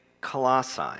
Colossae